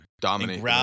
Dominate